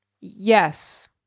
Yes